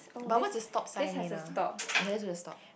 but what's the stop sign mean ah you guys will stop